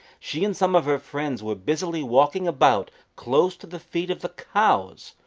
she and some of her friends were busily walking about close to the feet of the cows,